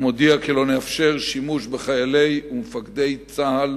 ומודיע כי לא נאפשר שימוש בחיילי צה"ל ובמפקדי צה"ל